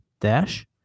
dash